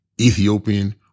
Ethiopian